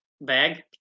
bag